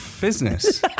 Business